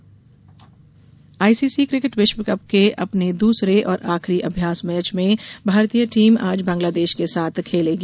cricket ICC cricket विश्वकप के अपने दूसरे और आखिरी अभ्यास मैच में भारतीय टीम आज बंगलादेश के साथ खेलेगी